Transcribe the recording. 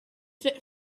fit